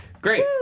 Great